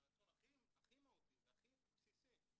את הנתון הכי מהותי והכי בסיסי,